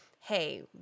hey